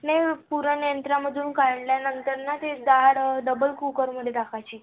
नाही पुरणयंत्रामधून काढल्यानंतर ना ती डाळ डबल कूकरमध्ये टाकायची